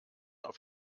auf